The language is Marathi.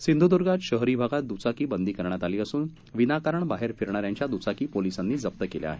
सिंध्दर्गमध्ये शहरी भागात द्रचाकी बंदी करण्यात आली असून विनाकारण बाहेर फिरणाऱ्यांच्या दुचाकी पोलिसांनी जप्त केल्या आहेत